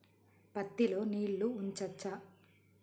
పత్తి లో నీళ్లు ఉంచచ్చా?